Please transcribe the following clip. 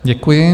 Děkuji.